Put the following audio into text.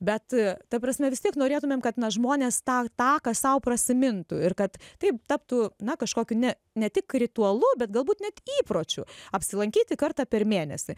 bet ta prasme vis tiek norėtumėm kad na žmonės tą taką sau prasimintų ir kad tai taptų na kažkokiu ne ne tik ritualu bet galbūt net įpročiu apsilankyti kartą per mėnesį